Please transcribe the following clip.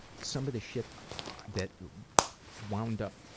some of the shit that wound up